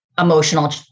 emotional